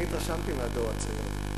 ואני התרשמתי מהדור הצעיר הזה.